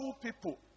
people